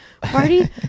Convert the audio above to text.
party